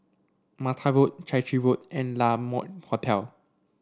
Mata Road Chai Chee Road and La Mode Hotel